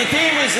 זה לגיטימי.